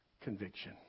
Conviction